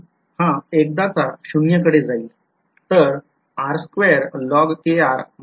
हा एकदाचा शून्य कडे जाईल